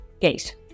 gate